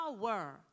power